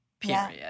Period